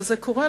וזה קורה,